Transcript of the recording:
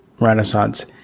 renaissance